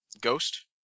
ghost